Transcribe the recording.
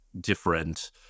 different